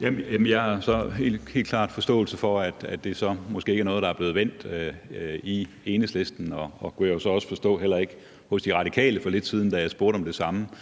jeg har helt klart forståelse for, at det så måske ikke er noget, der er blevet vendt i Enhedslisten – og heller ikke hos De Radikale, kunne jeg så forstå, da jeg spurgte om det samme for